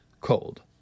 cold